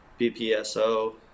BPSO